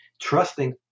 trusting